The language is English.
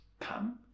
come